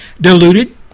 diluted